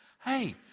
hey